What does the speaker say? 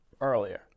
earlier